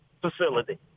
facility